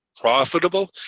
profitable